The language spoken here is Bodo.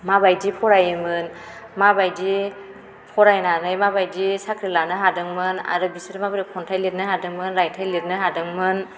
माबायदि फरायोमोन माबायदि फरायनानै माबायदि साख्रि लानो हादोंमोन आरो बिसोरो माब्रै खन्थाइ लिरनो हादोंमोन रायथाइ लिरनो हादोंमोन